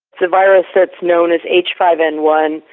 it's a virus that's known as h five n one,